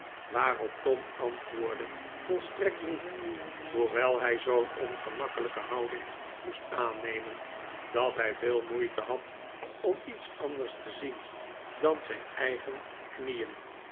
waarop tom antwoordde volstrekt niet hoewel hij zoo'n ongemakkelijke houding moest aannemen dat hij veel moeite had om iets anders te zien dan zijn eigen knieen